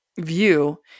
view